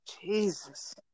Jesus